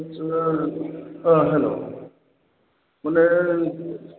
hello माने